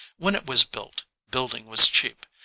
when it was built, building was cheap,